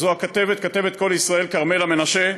שזו כתבת "קול ישראל" כרמלה מנשה,